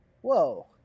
whoa